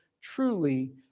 truly